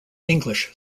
english